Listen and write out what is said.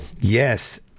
Yes